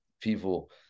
people